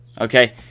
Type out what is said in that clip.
okay